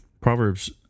Proverbs